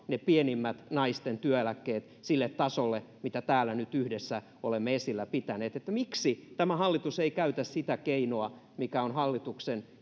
ne pienimmät naisten työeläkkeet sille tasolle mitä täällä nyt yhdessä olemme esillä pitäneet miksi tämä hallitus ei käytä sitä keinoa mikä on hallituksen